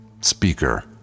Speaker